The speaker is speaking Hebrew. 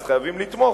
אז חייבים לתמוך,